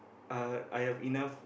uh I have enough